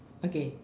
okay